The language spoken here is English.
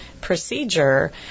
Procedure